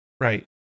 right